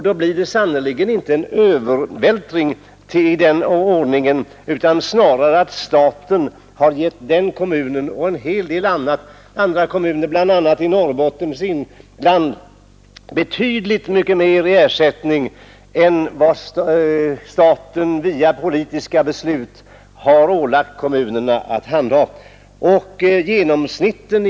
Då blir det sannerligen inte en övervältring utan snarare så att staten har gett den kommunen och en hel del andra kommuner, bl.a. i Norrbottens inland, betydligt mycket mer i ersättning än vad den via politiska beslut har ålagt kommunerna i fråga om utgifter.